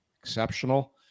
exceptional